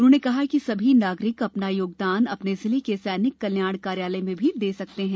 उन्होंने कहा कि सभी नागरिक अपना योगदान अपने जिले के सैनिक कल्याण कार्यालय में भी दे सकते हैं